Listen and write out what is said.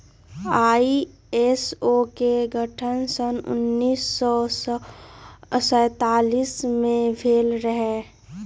ISO के गठन सन उन्नीस सौ सैंतालीस में भेल रहै